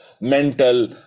mental